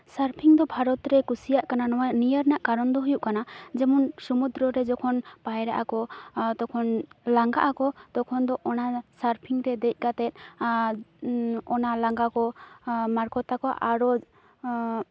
surfing ᱫᱚ ᱵᱷᱟᱨᱚᱛ ᱨᱮ ᱠᱩᱥᱤᱭᱟᱜ ᱠᱟᱱᱟ ᱱᱤᱭᱟᱹ ᱨᱮᱱᱟᱜ ᱠᱟᱨᱚᱱ ᱫᱚ ᱦᱩᱭᱩᱜ ᱠᱟᱱ ᱥᱩᱢᱩᱫᱨᱚ ᱨᱮ ᱡᱚᱠᱷᱚᱱ ᱯᱟᱭᱨᱟᱜ ᱟᱠᱚ ᱛᱚᱠᱷᱚᱱ ᱞᱟᱜᱟᱜ ᱟᱠᱚ ᱛᱚᱠᱷᱚᱱ ᱫᱚ ᱚᱱᱟ ᱥᱟᱨᱯᱷᱤᱝ ᱨᱮ ᱫᱮᱡ ᱠᱟᱛᱮ ᱚᱱᱟ ᱞᱟᱜᱟ ᱠᱚ ᱢᱟᱨᱠᱚᱛ ᱛᱟᱠᱚᱣᱟ ᱟᱨᱚ